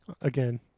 Again